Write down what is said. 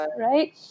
right